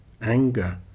anger